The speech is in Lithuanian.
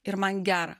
ir man gera